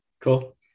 Cool